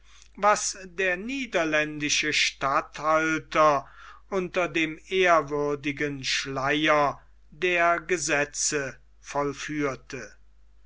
was der niederländische statthalter unter dem ehrwürdigen schleier der gesetze